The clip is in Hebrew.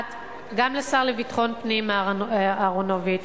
לשר לביטחון פנים אהרונוביץ,